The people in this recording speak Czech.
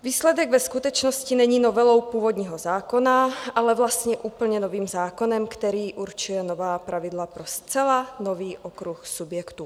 Výsledek ve skutečnosti není novelou původního zákona, ale vlastně úplně novým zákonem, který určil nová pravidla pro zcela nový okruh subjektů.